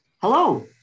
Hello